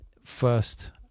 first